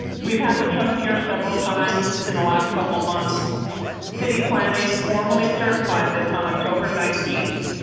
we've had the trust here several times in the last couple of months city planning, formally certified this on october nineteenth.